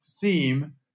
theme